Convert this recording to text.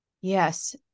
Yes